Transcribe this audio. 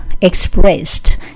expressed